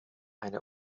eine